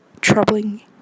troubling